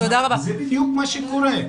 זה בדיוק מה שקורה.